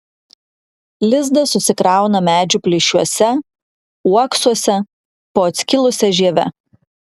lizdą susikrauna medžių plyšiuose uoksuose po atskilusia žieve